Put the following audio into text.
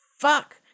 fuck